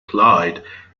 clyde